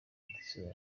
ifite